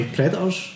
Predators